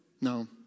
No